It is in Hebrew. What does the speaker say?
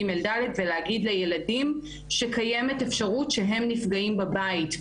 ג' ד' ולהגיד לילדים שקיימת אפשרות שהם נפגעים בבית.